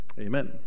Amen